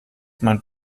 mein